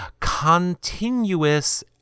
continuous